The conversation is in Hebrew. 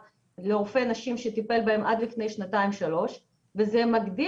רופא נשים שטיפל בהן עד לפני שנתיים או שלוש וזה מגדיל